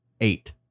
eight